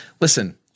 Listen